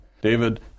David